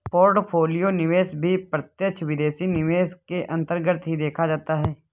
portfolio निवेश भी प्रत्यक्ष विदेशी निवेश के अन्तर्गत ही देखा जाता है